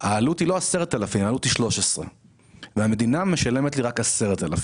היא 13,000. איך יכול להיות שהמדינה משלמת לי רק 10,000?